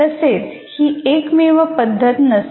तसेच ही एकमेव पद्धत नसते